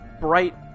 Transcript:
bright